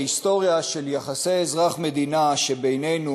ההיסטוריה של יחסי אזרח-מדינה שבינינו